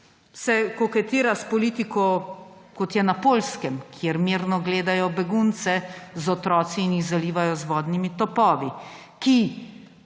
ki koketira s politiko, kot je na Poljskem, kjer mirno gledajo begunce z otroki in jih zalivajo z vodnimi topovi, ki